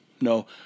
no